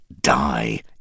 die